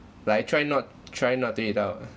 like I try not try not to eat out ah